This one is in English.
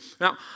Now